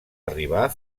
arribar